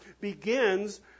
begins